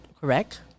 correct